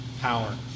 power